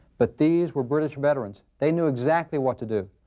but these were british veterans, they knew exactly what to do.